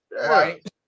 right